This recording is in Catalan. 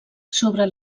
sobre